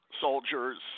soldiers